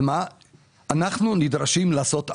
אנחנו נדרשים לעשות עבודה.